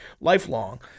lifelong